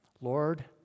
Lord